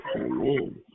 Amen